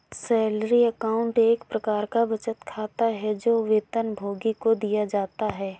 salary account एक प्रकार का बचत खाता है, जो वेतनभोगी को दिया जाता है